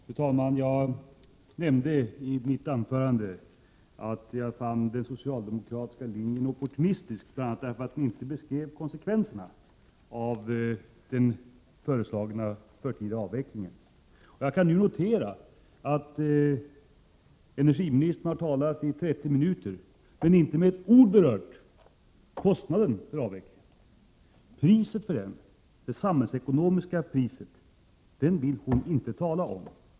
Fru talman! Jag nämnde i mitt anförande att jag fann den socialdemokratiska linjen opportunistisk, bl.a. därför att den inte beskriver konsekvenserna av den föreslagna förtida avvecklingen. Nu kan jag notera att energiministern har talat i 30 minuter utan att med ett ord ha berört kostnaden för avvecklingen. Det samhällsekonomiska priset för avvecklingen vill Birgitta Dahl inte tala om.